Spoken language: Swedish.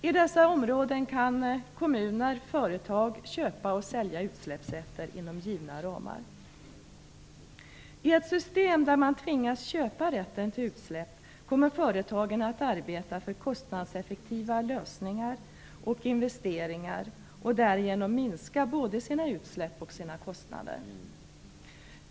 I dessa områden kan kommuner och företag köpa och sälja utsläppsrätter inom givna ramar. I ett system där man tvingas köpa rätten till utsläpp kommer företagen att arbeta för kostnadseffektiva lösningar och investeringar och därigenom minska både sina utsläpp och sina kostnader.